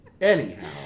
Anyhow